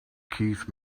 keith